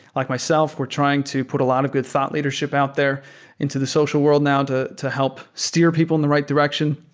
like myself, we're trying to put a lot of good thought leadership out there into the social world now to to help steer people in the right direction.